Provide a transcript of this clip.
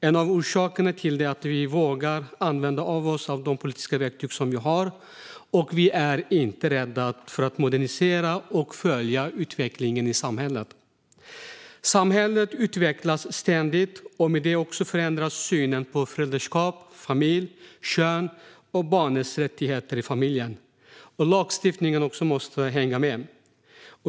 En av orsakerna till detta är att vi vågar använda oss av de politiska verktyg som vi har och att vi inte är rädda för att modernisera och följa utvecklingen i samhället. Samhället utvecklas ständigt, och med detta förändras synen på föräldraskap, familj, kön och barnets rättigheter i familjen. Lagstiftningen måste också hänga med.